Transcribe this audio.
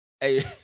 Hey